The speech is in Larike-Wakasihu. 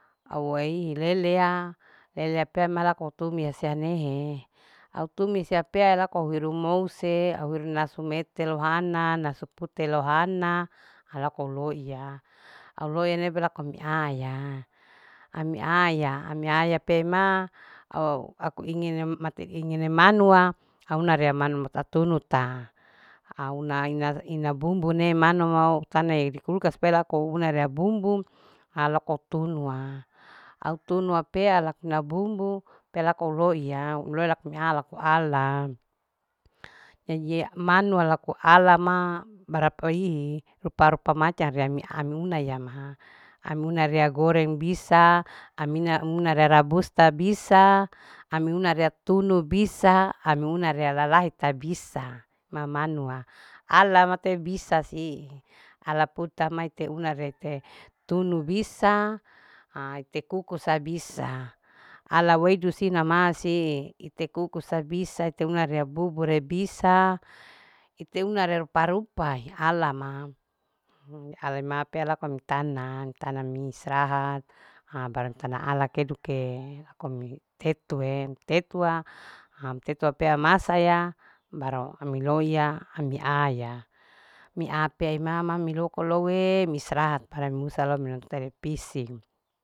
Au wehi leleya. leleya pe ma laku tumis iya nehe. au tumis ya aupea laku hiru mouse au hiru masu nete lou ana nasu pute lohana laku lou iaya au loiya laku ami aya. ami aya. ami aya pe ema au aku ingine mati ingine manua au na rea manu tetatunuta au una ina ina bumbu ne manua utanae dikulkas au na tea bumbau ha loko lako tunua au tunua pea laku na bumbu pea lako loiyau. laku loiya mia loko alaa jajie manua lako ala ma bara pohii rupa. rupa macam rea mi anuna ya ma amuna rea goreng bisa amina una rea rabusta bisa. anuna rea tunu bisa. anuna rea lalahe tabisa mamanua alama te bisa si ala puta maite una rete tunu bisaa a ite kukusa bisa ala weidu sina masi ite kukus sa bisa teuna rea bubur re bisa ite una re rupa. rupa ala ma. alama pea lako au tana. au tana istirahata baru ua tana ala keduke lako me tetue. tetua pea masa ya baru ami loiya. ami ayaa mia pe imama miloko miloue mi istirahat ami husa lo ria nonton telepisi